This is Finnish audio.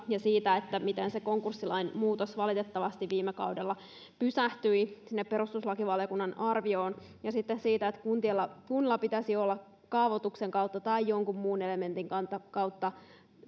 ja siitä miten konkurssilain muutos valitettavasti viime kaudella pysähtyi sinne perustuslakivaliokunnan arvioon ja sitten siitä että kunnilla pitäisi olla kaavoituksen kautta tai jonkun muun elementin kautta